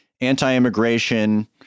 anti-immigration